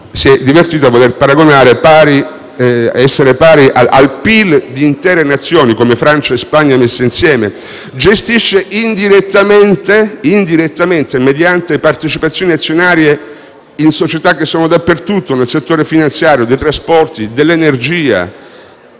si è divertito a paragonare al PIL di intere Nazioni come Francia e Spagna, nel suo insieme. Gestisce, indirettamente, mediante partecipazioni azionarie in società che sono dappertutto, il settore finanziario, dei trasporti, dell'energia.